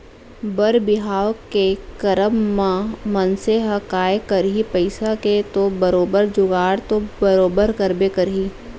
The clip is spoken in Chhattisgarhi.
बर बिहाव के करब म मनसे ह काय करही पइसा के तो बरोबर जुगाड़ तो बरोबर करबे करही